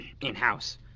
in-house